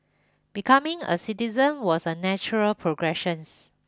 becoming a citizen was a natural progressions